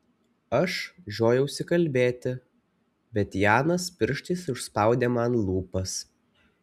aš žiojausi kalbėti bet janas pirštais užspaudė man lūpas